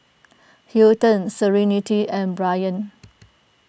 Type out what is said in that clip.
Hilton Serenity and Bryan